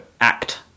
act